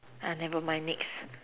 never mind next